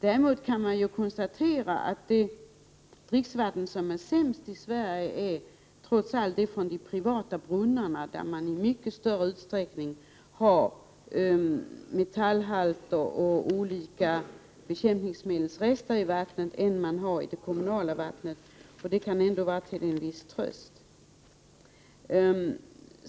Däremot kan jag konstatera att det dricksvatten som är sämst i Sverige trots allt är det vatten som kommer från de privata brunnarna, där man i mycket större utsträckning har högre halter av metaller och olika bekämpningsmedelsrester än vad man har i det kommunala vattnet, vilket kanske ändå kan vara till en viss tröst.